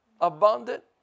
Abundant